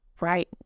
right